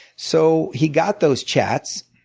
so he got those chats